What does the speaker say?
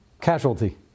casualty